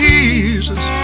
Jesus